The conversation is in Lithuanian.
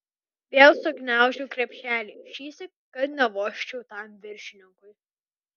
vėl sugniaužiau krepšelį šįsyk kad nevožčiau tam viršininkui